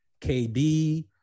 KD